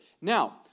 Now